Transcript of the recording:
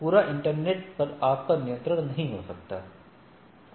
पूरे इंटरनेट पर आपका नियंत्रण नहीं हो सकता है